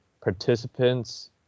Participants